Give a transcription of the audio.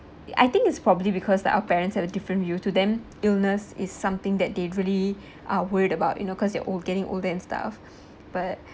I think it's probably because that our parents have a different view to them illness is something that they really are worried about you know because they are old getting older and stuff but